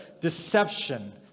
deception